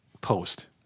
post